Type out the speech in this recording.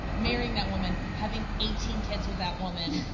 marrying that woman, having eighteen kids with that woman,